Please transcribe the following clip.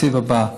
בתקציב הבא.